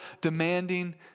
demanding